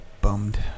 bummed